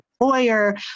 employer